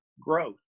Growth